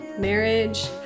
marriage